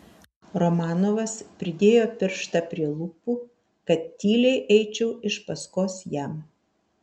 romanovas pridėjo pirštą prie lūpų kad tyliai eičiau iš paskos jam